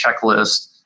checklist